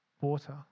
water